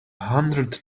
hundred